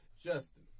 Justin